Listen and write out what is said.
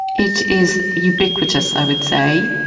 it is ubiquitous i would say.